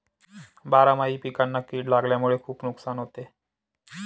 बारामाही पिकांना कीड लागल्यामुळे खुप नुकसान होते